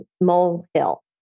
molehill